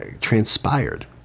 transpired